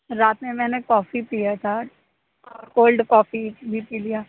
رات میں میں نے کوفی پیا تھا اور کولڈ کوفی بھی پی لیا